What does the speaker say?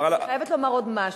אני חייבת לומר עוד משהו.